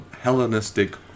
Hellenistic